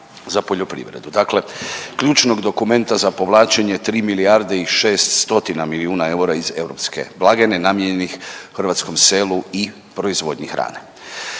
za poljoprivredu, dakle ključnog dokumenta za povlačenje 3 milijarde i šest stotina milijuna eura iz europske blagajni namijenjenih hrvatskom selu i proizvodnji hrane.